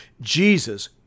Jesus